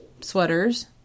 sweaters